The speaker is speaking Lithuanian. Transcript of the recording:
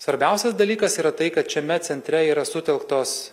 svarbiausias dalykas yra tai kad šiame centre yra sutelktos